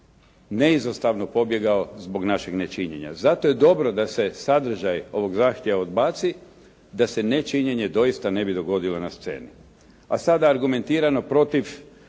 neizostavno pobjegao zbog našeg nečinjenja. Zato je dobro da se sadržaj ovog zahtjeva odbaci, da se nečinjenje doista ne bi dogodilo na sceni, a sada argumentirano protiv